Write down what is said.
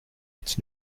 its